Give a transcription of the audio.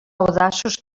audaços